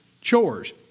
chores